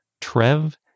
Trev